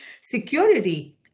security